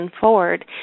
forward